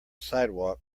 sidewalk